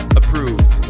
approved